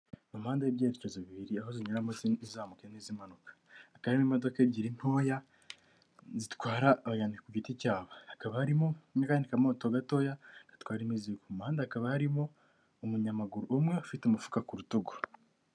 Umuhanda w'ibyerekezo bibiri, aho zinyuramo zizamuka izindi zimanuka, hakaba hari imodoka ebyiri ntoya, zitwara... oya ni ku giti cyabo, hakaba harimo n'akandi akamoto gatoya agatwara imizigo, umuhanda hakaba harimo umunyamaguru umwe ufite umufuka ku rutugu.